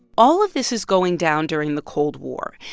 all of this is going down during the cold war.